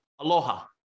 Aloha